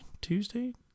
Tuesday